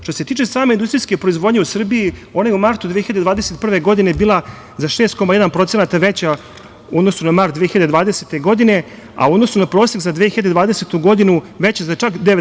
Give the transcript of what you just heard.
Što se tiče same industrijske proizvodnje u Srbiji, ona je u martu 2021. godine bila za 6,1% veća u odnosu na mart 2020. godine, a u odnosu na prosek za 2020. godinu veća za čak 9%